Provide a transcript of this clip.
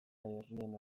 herrien